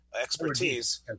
expertise